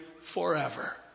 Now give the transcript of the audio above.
forever